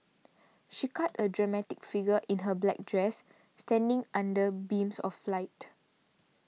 she cut a dramatic figure in her black dress standing under beams of light